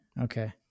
Okay